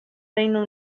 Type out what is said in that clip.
reino